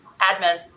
admin